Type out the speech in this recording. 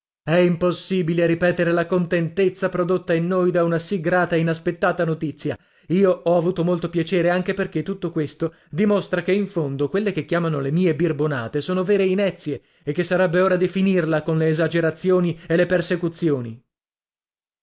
è impossibile ripetere la contentezza prodotta in noi da una sì grata e inaspettata notizia io ho avuto molto piacere anche perché tutto questo dimostra che in fondo quelle che chiamano le mie birbonate sono vere inezie e che sarebbe ora di finirla con le esagerazioni e le persecuzioni